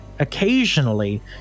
Occasionally